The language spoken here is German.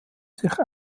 sich